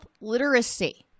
literacy